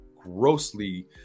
grossly